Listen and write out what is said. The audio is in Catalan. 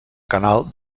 canal